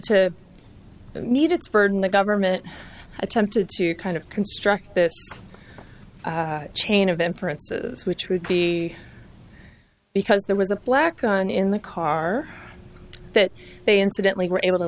to meet its burden the government attempted to kind of construct this chain of inference which would be because there was a black gun in the car that they incidentally were able to